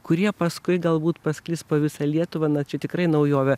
kurie paskui galbūt pasklis po visą lietuvą na čia tikrai naujovė